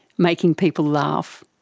making people laugh.